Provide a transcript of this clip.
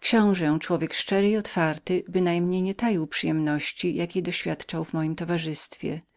książe człowiek szczery i otwarty bynajmniej nie taił przyjemności jakiej doświadczał w mojem towarzystwie